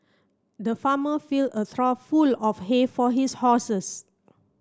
the farmer fill a full of hay for his horses